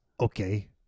Okay